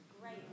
Great